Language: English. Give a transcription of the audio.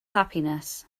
happiness